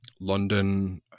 london